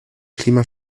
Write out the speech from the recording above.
klima